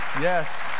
yes